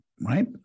right